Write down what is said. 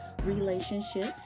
relationships